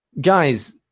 Guys